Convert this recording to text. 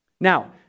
Now